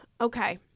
Okay